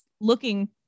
looking